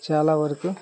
చాలా వరకు